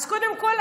אז קודם כול,